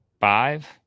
five